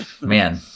man